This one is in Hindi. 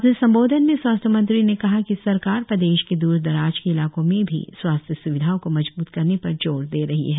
अपने संबोधन में स्वास्थ्य मंत्री ने कहा कि सरकार प्रदेश के दूरदराज के इलाकों में भी स्वास्थ्य स्विधाओं को मजब्त करने पर जोर दे रही है